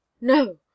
No